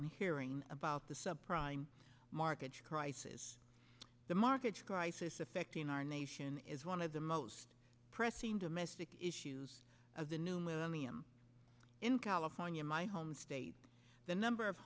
hearing about the subprime market crisis the market crisis affecting our nation is one of the most pressing domestic issues of the new millennium in california my home state the number of